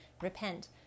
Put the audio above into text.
Repent